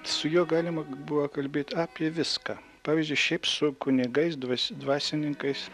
su juo galima buvo kalbėt apie viską pavyzdžiui šiaip su kunigais dvas dvasininkais